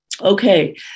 Okay